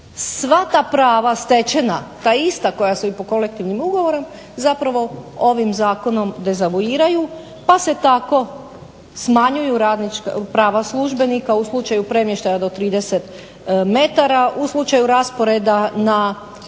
sva ta prava stečena, ta ista koja su i po kolektivnom ugovoru zapravo ovim zakonom dezavuiraju pa se tako smanjuju prava službenika u slučaju premještaja do 30m, u slučaju rasporeda na